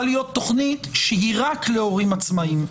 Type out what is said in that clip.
להיות תוכנית שהיא רק להורים עצמאיים.